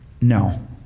no